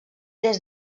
des